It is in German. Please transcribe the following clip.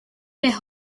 der